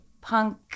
punk